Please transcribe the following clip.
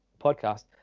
podcast